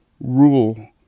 rule